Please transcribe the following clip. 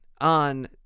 on